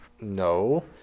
No